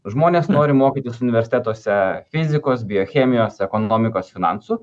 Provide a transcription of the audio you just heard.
žmonės nori mokytis universitetuose fizikos biochemijos ekonomikos finansų